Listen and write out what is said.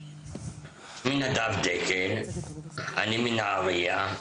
אני נדב דקל מנהריה.